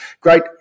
great